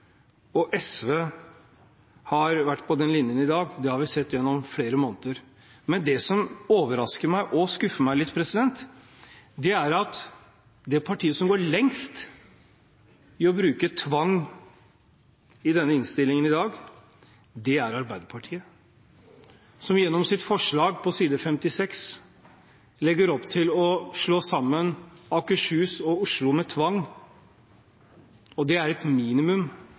og SV har vært på den linjen i dag, det har vi sett i flere måneder. Men det som overrasker meg og skuffer meg litt, er at det partiet som går lengst i å bruke tvang – i denne innstillingen i dag – er Arbeiderpartiet, som gjennom sitt forslag på side 56 legger opp til å slå sammen Akershus og Oslo med tvang. Det er et minimum,